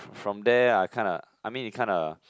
from there I kinda I mean it kinda